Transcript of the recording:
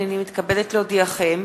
הנני מתכבדת להודיעכם,